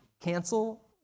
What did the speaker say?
cancel